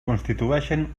constitueixen